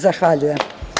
Zahvaljujem.